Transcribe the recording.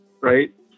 right